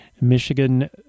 Michigan